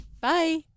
bye